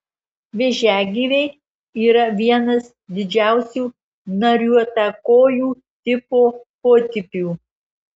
vėžiagyviai yra vienas didžiausių nariuotakojų tipo potipių